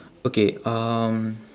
okay um